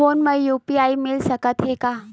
Phone मा UPI मिल सकत हे का?